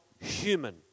human